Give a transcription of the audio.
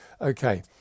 okay